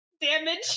damage